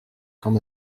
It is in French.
quand